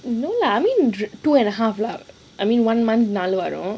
no lah I mean two and a half lah I mean one month நாலு வாரம்:naalu waaram